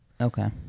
Okay